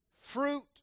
fruit